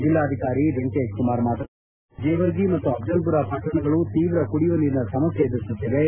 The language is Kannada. ಜಿಲ್ಲಾಧಿಕಾರಿ ವೆಂಕಟೇಶ್ಕುಮಾರ್ ಮಾತನಾಡಿ ಕಲಬುರಗಿ ಜೇವರ್ಗಿ ಮತ್ತು ಅಫ್ಟಲ್ಪುರ ಪಟ್ಟಣಗಳು ತೀವ್ರ ಕುಡಿಯುವ ನೀರಿನ ಸಮಸ್ಟೆ ಎದುರಿಸುತ್ತಿವೆ